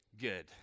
good